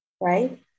right